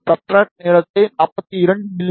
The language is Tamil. சப்ஸ்ட்ரட் நீளத்தை 42 மி